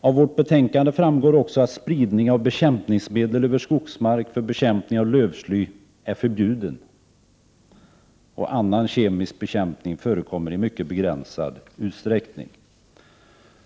Av betänkandet framgår att spridning av bekämpningsmedel över skogsmark för bekämpning av lövsly är förbjuden, och annan kemisk bekämpning förekommer i mycket begränsad utsträckning.